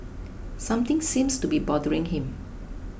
something seems to be bothering him